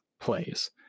plays